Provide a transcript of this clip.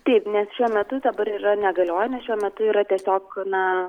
taip nes šiuo metu dabar yra negalioja nes šiuo metu yra tiesiog na